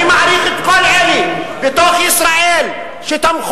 ולכן אני מעריך את כל אלה בתוך ישראל שתמכו